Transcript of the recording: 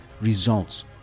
results